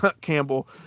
Campbell